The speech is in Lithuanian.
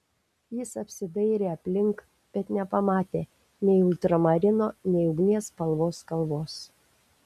jis apsidairė aplink bet nepamatė nei ultramarino nei ugnies spalvos kalvos